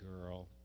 girl